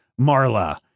Marla